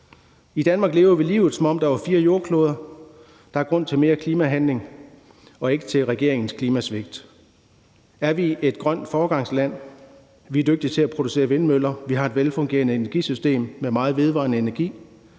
I Danmark lever vi livet, som om der var fire jordkloder. Der er grund til mere klimahandling og ikke til regeringens klimasvigt. Er vi et grønt foregangsland? Vi er dygtige til at producere vindmøller, vi har et velfungerende energisystem med meget vedvarende energi,